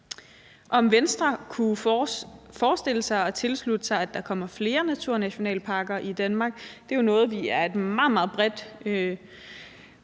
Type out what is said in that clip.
om Venstre kunne forestille sig at tilslutte sig, at der kommer flere naturnationalparker i Danmark. Det er jo noget, vi i en meget, meget